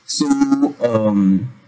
so um